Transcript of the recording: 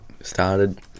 started